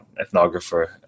ethnographer